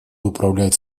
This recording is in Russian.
управлять